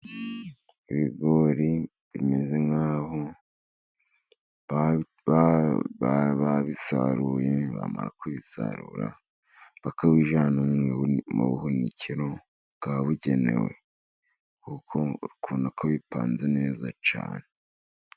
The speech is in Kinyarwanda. Ibigori bimeze nk'aho babi babisaruye, bamara kubisarura bakayijyana mu buhunikiro bwabugenewe, kuko uko niko bipanze neza cyane.